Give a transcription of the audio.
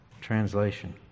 translation